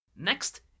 Next